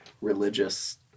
religious